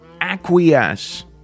acquiesce